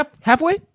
halfway